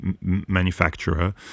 manufacturer